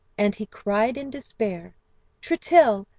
and he cried in despair tritill,